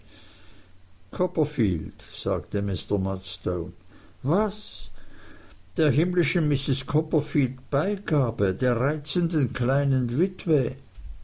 copperfield sagte mr murdstone was der himmlischen mrs copperfield beigabe der reizenden kleinen witwe